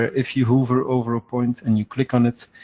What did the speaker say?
if you hover over a point and you click on it,